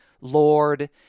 Lord